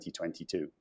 2022